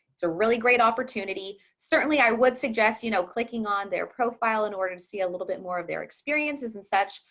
so really great opportunity. certainly, i would suggest you know clicking on their profile in order to see a little bit more of their experiences and such.